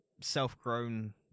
self-grown